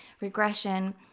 regression